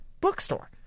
bookstore